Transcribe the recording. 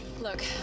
Look